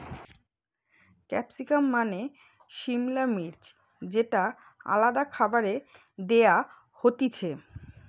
capsicum মানে সিমলা মির্চ যেটা আলাদা খাবারে দেয়া হতিছে